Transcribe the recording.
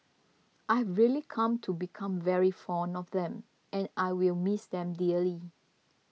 I've really come to become very fond of them and I will miss them dearly